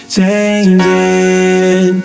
changing